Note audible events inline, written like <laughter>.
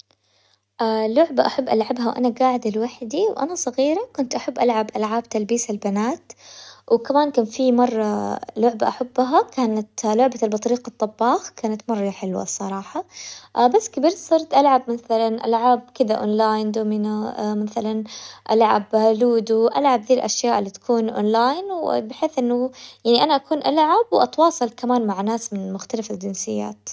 لعبة أحب ألعبها وأنا قاعدة لوحدي وأنا صغيرة كنت أحب ألعب ألعاب تلبيس البنات، وكمان كان في مرة لعبة أحبها كانت لعبة البطريق الطباخ كانت مرة حلوة الصراحة، بس كبرت صرت ألعب مثلاً ألعاب كذا أون لاين دومينو، مثلاً ألعب لودو ألعب ذي الأشياء اللي تكون أون لاين، بحيث إنه يعني أنا أكون ألعب وأتواصل كمان مع ناس من مختلف الجنسيات. <hesitation>